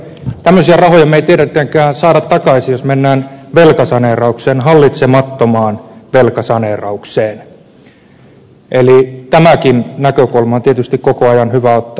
tämmöisiä rahoja me emme tietenkään saa takaisin jos mennään hallitsemattomaan velkasaneeraukseen tämäkin näkökulma on tietysti koko ajan hyvä ottaa huomioon